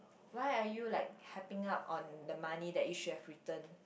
why are you like harping up on the money that you should have returned